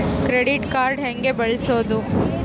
Credit card ಹೆಂಗ ಬಳಸೋದು?